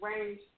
range